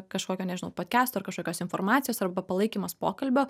kažkokio nežinau podkasto ar kažkokios informacijos arba palaikymas pokalbio